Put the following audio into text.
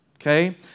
okay